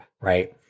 right